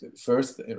first